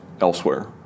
elsewhere